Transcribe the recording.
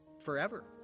forever